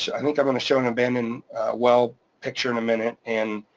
i think i'm gonna show an abandoned well picture in a minute, and